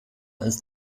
ist